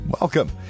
Welcome